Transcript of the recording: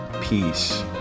peace –